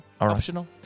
Optional